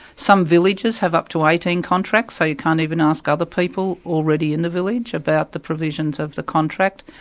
some villages have up to eighteen contracts, so you can't even ask other people already in the village about the provisions of the contract.